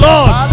Lord